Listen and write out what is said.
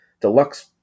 Deluxe